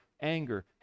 anger